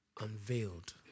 unveiled